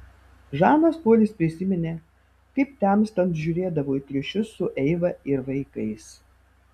žanas polis prisiminė kaip temstant žiūrėdavo į triušius su eiva ir vaikais